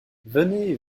venez